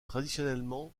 traditionnellement